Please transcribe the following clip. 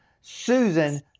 Susan